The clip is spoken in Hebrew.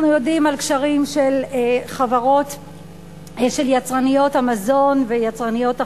אנחנו יודעים על קשרים של יצרניות המזון ויצרניות החלב,